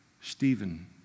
Stephen